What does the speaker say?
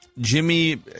Jimmy